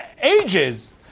ages